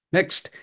Next